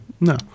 No